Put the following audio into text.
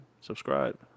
Subscribe